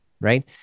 right